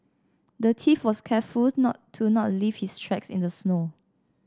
the thief was careful not to not leave his tracks in the snow